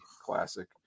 classic